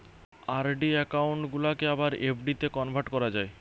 RD account গুলাকে আবার এফ.ডিতে কনভার্ট করা যায়